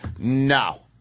No